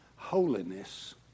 holiness